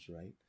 right